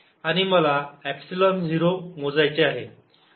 आणि मला e0 मोजायचे आहे